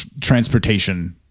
transportation